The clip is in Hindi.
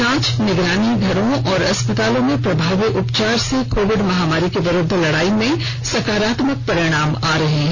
जांच निगरानी घरों और अस्पतालों में प्रभावी उपचार से कोविड महामारी के विरूद्व लड़ाई में सकारात्मक परिणाम आ रहे हैं